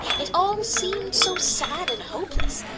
it all seemed so sad and hopeless,